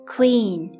Queen